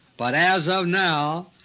but as of now,